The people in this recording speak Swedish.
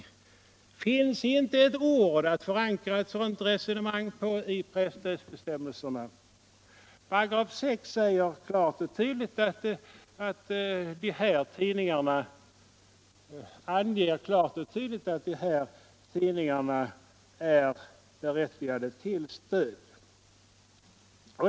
Det finns inte ett ord i presstödsbestämmelserna att förankra ett sådant resonemang i. 6 § anger klart och tydligt att de här tidningarna är berättigade till stöd.